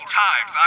times